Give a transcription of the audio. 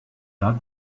that